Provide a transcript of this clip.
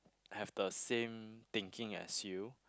have the same thinking as you